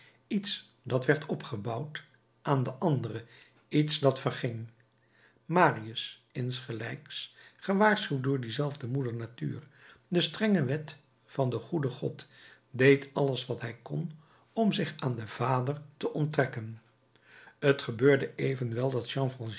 iets dat werd opgebouwd aan de andere iets dat verging marius insgelijks gewaarschuwd door diezelfde moeder natuur de strenge wet van den goeden god deed alles wat hij kon om zich aan den vader te onttrekken t gebeurde evenwel dat jean